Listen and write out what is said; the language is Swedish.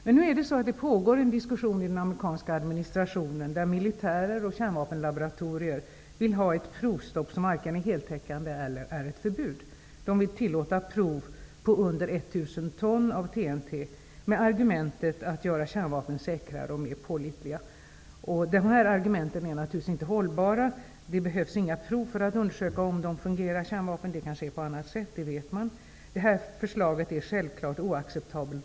Men nu är det så att det pågår en diskussion inom den amerikanska administrationen, där militärer och kärnvapenlaboratorier vill ha ett provstopp som varken är heltäckande eller är ett förbud. De vill tillåta prov på under 1 000 ton TNT med argumentet att göra kärnvapen säkrare och mer pålitliga. De här argumenten är naturligtvis inte hållbara. Det behövs inga prov för att undersöka om kärnvapnen fungerar. Det kanske är på annat sätt. Det vet man. Det här förslaget är självfallet oacceptabelt.